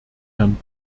herrn